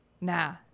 nah